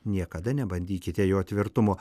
niekada nebandykite jo tvirtumo